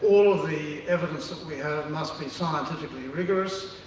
all of the evidence that we have, must be scientifically rigorous.